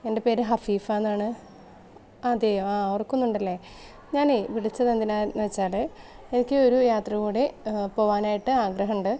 എൻ്റെ പേര് ഹഫീഫ എന്നാണ് അതെയോ ആ ഓർക്കുന്നുണ്ടല്ലേ ഞാനേ വിളിച്ചത് എന്തിനാണെന്ന് വച്ചാൽ എനിക്ക് ഒരു യാത്ര കൂടി പോകാനായ്ട്ട് ആഗ്രഹമുണ്ട്